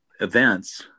events